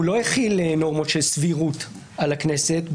הוא לא החיל נורמות של סבירות על הכנסת,